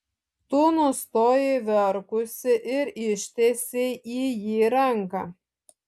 tu nustojai verkusi ir ištiesei į jį ranką